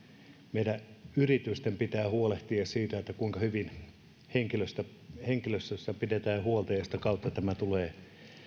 meidän yritysten pitää huolehtia siitä kuinka hyvin henkilöstöstä pidetään huolta ja sehän kaiken kaikkiaan määrää meidän eläköitymisen ja sitä kautta tämä tulee